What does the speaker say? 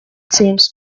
seems